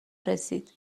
رسید